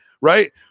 Right